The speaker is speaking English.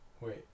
Wait